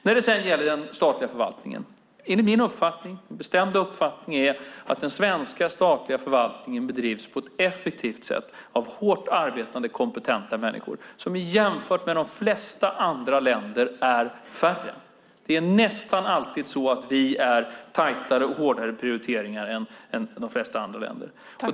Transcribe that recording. När det sedan gäller den statliga förvaltningen är det min bestämda uppfattning att den svenska statliga förvaltningen bedrivs på ett effektivt sätt av hårt arbetande kompetenta människor som jämfört med de flesta andra länder är färre. Vi gör nästan alltid tajtare och hårdare prioriteringar än de flesta andra länder.